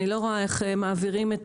אני לא רואה איך מעבירים את